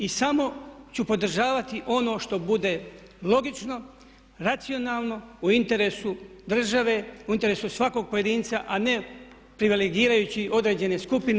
I samo ću podržavati ono što bude logično, racionalno u interesu države, u interesu svakog pojedinca, a ne privilegirajućih, određene skupine.